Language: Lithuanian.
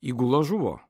įgula žuvo